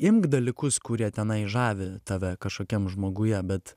imk dalykus kurie tenai žavi tave kažkokiam žmoguje bet